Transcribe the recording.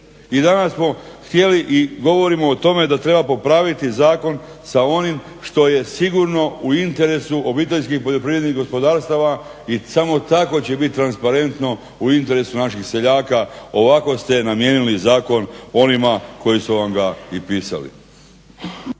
I danas smo htjeli i govorimo o tome da treba popraviti zakon sa onim što je sigurno u interesu obiteljskih poljoprivrednih gospodarstava i samo tako će bit transparentno u interesu naših seljaka. Ovako ste namijenili zakon onima koji su vam ga i pisali.